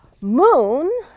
Moon